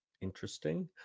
interesting